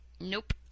Nope